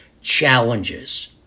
challenges